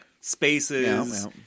spaces